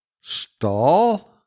stall